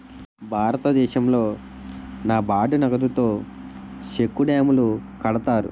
భారతదేశంలో నాబార్డు నగదుతో సెక్కు డ్యాములు కడతారు